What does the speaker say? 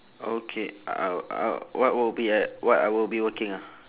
okay I w~ I w~ what will be at what I will be working ah